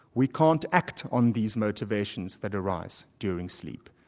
we can't act on these motivations that arise during sleep.